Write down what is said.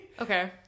Okay